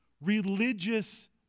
religious